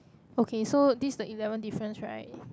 okay so this the eleven difference right